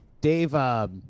Dave